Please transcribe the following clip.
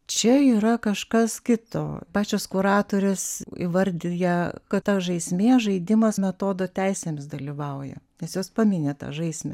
čia yra kažkas kito pačios kuratorės įvardija kad ta žaismė žaidimas metodo teisėmis dalyvauja nes jos pamini tą žaismę